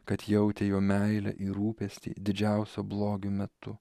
kad jautė jo meilę ir rūpestį didžiausio blogio metu